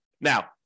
Now